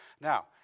Now